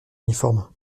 uniformes